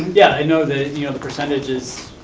yeah, i know the the and percentage is,